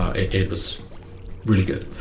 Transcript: ah it was really good.